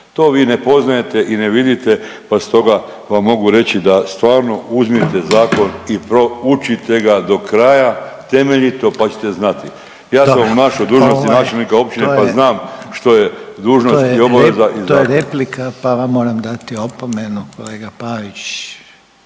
To vi ne poznajete i ne vidite pa stoga vam mogu reći da stvarno uzmite zakon i proučite ga do kraja temeljito pa ćete znati. Ja sam obnašao dužnost načelnika općine pa znam što je dužnost i obaveza. **Reiner, Željko (HDZ)** To je replika, pa vam moram dati opomenu. Kolega Pavić